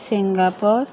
Singapore